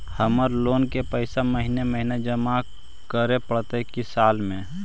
हमर लोन के पैसा महिने महिने जमा करे पड़तै कि साल में?